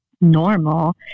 normal